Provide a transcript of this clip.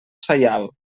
saial